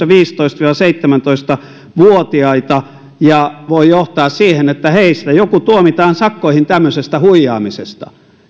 viisitoista viiva seitsemäntoista vuotiaita ja voi johtaa siihen että heistä joku tuomitaan sakkoihin tämmöisestä huijaamisesta